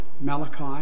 Malachi